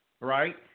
right